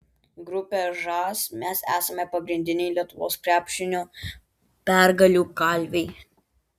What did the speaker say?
grupė žas mes esame pagrindiniai lietuvos krepšinio pergalių kalviai